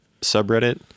subreddit